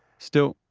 still,